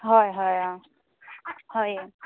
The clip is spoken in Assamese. হয় হয় অ হয়